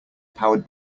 powered